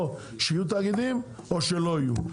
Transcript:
או שיהיו תאגידים או שלא יהיו,